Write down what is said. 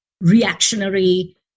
reactionary